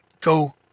go